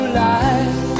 life